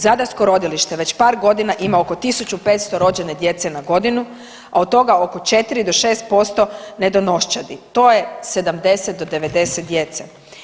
Zadarsko rodilište već par godina ima oko 1.500 rođene djece na godinu, a od toga oko 4 do 6% nedonoščadi, to je je 70 do 90 djece.